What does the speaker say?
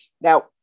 Now